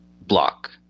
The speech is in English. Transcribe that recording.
block